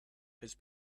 has